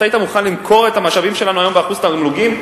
אתה היית מוכן למכור את המשאבים שלנו היום ב-1% תמלוגים?